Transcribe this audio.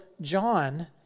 John